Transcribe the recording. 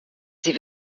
sie